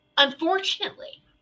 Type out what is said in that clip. Unfortunately